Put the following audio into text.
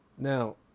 Now